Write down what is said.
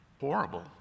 horrible